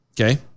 Okay